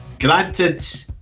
Granted